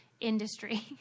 industry